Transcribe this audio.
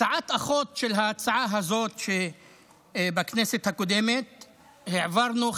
הצעה אחות של ההצעה הזאת בכנסת הקודמת העברנו,